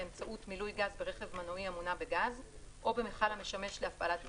באמצעות מילוי גז ברכב מנועי המונע בגז או במכל המשמש להפעלת בלון,